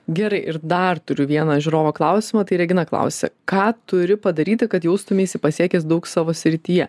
gerai ir dar turiu vieną žiūrovo klausimą tai regina klausia ką turi padaryti kad jaustumeisi pasiekęs daug savo srityje